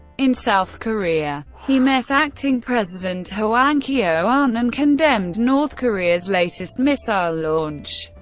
in south korea, he met acting president hwang kyo-ahn and condemned north korea's latest missile launch.